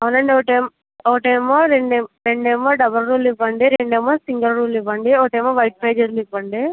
అవునండి ఒకటే ఒకటేమో రెండేమో డబల్ రూల్డ్ ఇవ్వండి రెండేమో సింగల్ రూల్ ఇవ్వండి ఒకటేమో వైట్ పేజెస్ది ఇవ్వండి